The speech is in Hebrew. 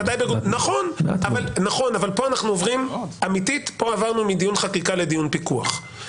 כאן אנחנו עוברים אמיתית מדיון חקיקה לדיון פיקוח.